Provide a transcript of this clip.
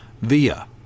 via